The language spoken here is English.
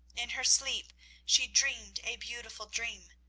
in her sleep she dreamed a beautiful dream.